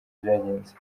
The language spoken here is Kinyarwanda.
byagenze